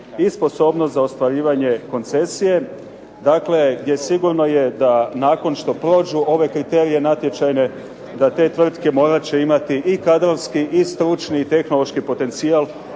i sposobnost za ostvarivanje koncesije. Dakle, jer sigurno je da nakon što prođu ove kriterije natječajne da te tvrtke morat će imati i kadrovski i stručni i tehnološki potencijal